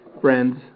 friends